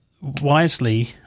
wisely